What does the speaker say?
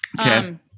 Okay